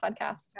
podcast